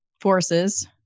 forces